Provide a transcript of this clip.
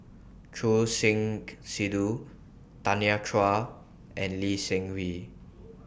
Choor Singh Sidhu Tanya Chua and Lee Seng Wee